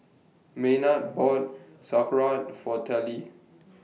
Maynard bought Sauerkraut For Tallie